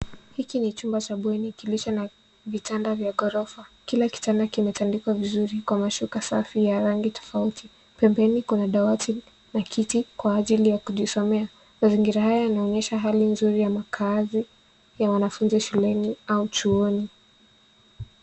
Hiki ni chumba cha bweni kilicho na vitanda vya ghorofa. Kila kitanda kimetandikwa vizuri kwa mashuka safi ya rangi tofauti. Pembeni kuna dawati na kiti kwa ajili ya kujisomea. Mazingira haya yanaonyesha hali nzuri ya makaazi ya wanafunzi shuleni au chuoni